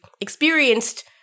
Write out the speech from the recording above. experienced